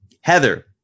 Heather